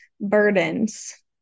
burdens